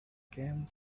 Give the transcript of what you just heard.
came